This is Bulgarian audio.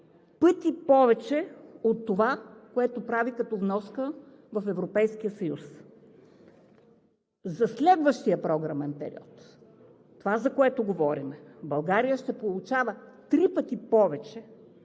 пъти повече от това, което прави като вноска в Европейския съюз. За следващия програмен период – това, за което говорим – България ще получава три пъти повече